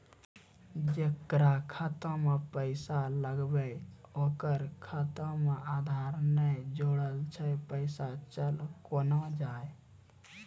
जेकरा खाता मैं पैसा लगेबे ओकर खाता मे आधार ने जोड़लऽ छै पैसा चल कोना जाए?